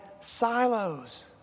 silos